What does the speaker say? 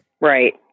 Right